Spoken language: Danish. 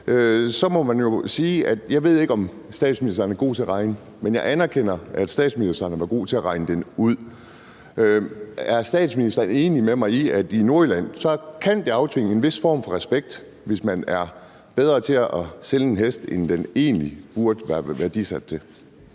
at jeg ikke ved, om statsministeren er god til at regne, men jeg anerkender, at statsministeren har været god til at regne den ud. Er statsministeren enig med mig i, at i Nordjylland kan det aftvinge en vis form for respekt, hvis man kan sælge en hest bedre, end den egentlig burde være